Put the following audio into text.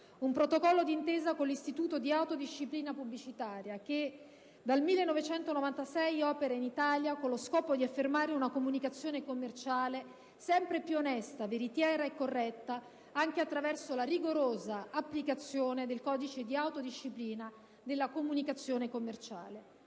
un protocollo d'intesa con l'Istituto di autodisciplina pubblicitaria che dal 1996 opera in Italia con lo scopo di affermare una comunicazione commerciale sempre più onesta, veritiera e corretta, anche attraverso la rigorosa applicazione del Codice di autodisciplina della comunicazione commerciale.